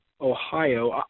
Ohio